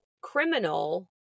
Criminal